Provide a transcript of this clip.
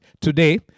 today